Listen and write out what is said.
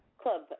club